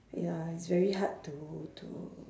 ya it's very hard to to